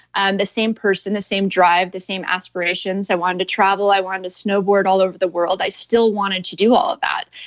and the same person, the same drive, the same aspirations. i wanted to travel, i wanted to snowboard all over the world. i still wanted to do all of that.